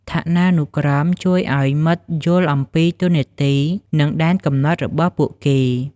ឋានានុក្រមជួយឱ្យមិត្តយល់អំពីតួនាទី និងដែនកំណត់របស់ពួកគេ។